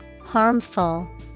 Harmful